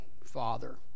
Father